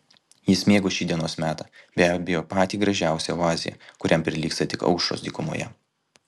jis mėgo šį dienos metą be abejo patį gražiausią oazėje kuriam prilygsta tik aušros dykumoje